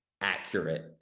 accurate